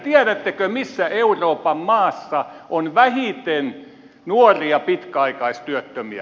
tiedättekö missä euroopan maassa on vähiten nuoria pitkäaikaistyöttömiä